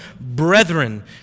brethren